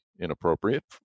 inappropriate